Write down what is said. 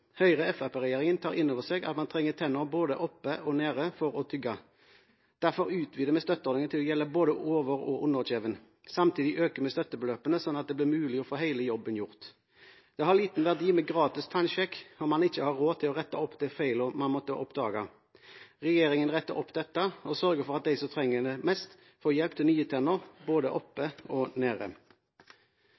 Høyre–Fremskrittsparti-regjeringen tar inn over seg at man trenger tenner både oppe og nede for å tygge. Derfor utvider vi støtteordningen til å gjelde både over- og underkjeven. Samtidig øker vi støttebeløpene sånn at det blir mulig å få hele jobben gjort. Det har liten verdi med gratis tannsjekk om man ikke har råd til å rette opp de feilene man måtte oppdage. Regjeringen retter opp dette og sørger for at de som trenger det mest, får hjelp til nye tenner både oppe og nede.